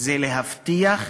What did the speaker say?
זה להבטיח,